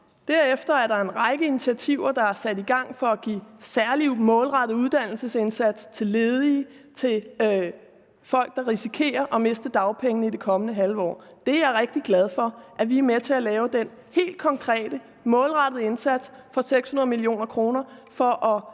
Derefter er der en række initiativer, der er sat i gang for at give en særlig målrettet uddannelsesindsats til ledige og til folk, der risikerer at miste dagpengene i det kommende halve år. Jeg er rigtig glad for, at vi er med til at lave den helt konkrete målrettede indsats for 600 mio. kr. for at